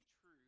true